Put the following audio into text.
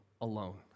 alone